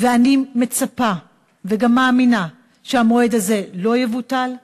ואני מצפה וגם מאמינה שהמועד הזה לא יבוטל.